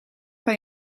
kan